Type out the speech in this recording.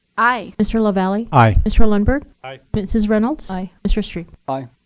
aye. mr. lavalley. aye. mr. lundberg. aye. mrs. reynolds. aye. mr. strebe. aye.